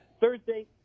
Thursday